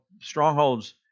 strongholds